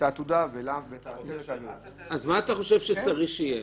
העתודה ואת הצוות --- אז מה אתה חושב שצריך שתהיה?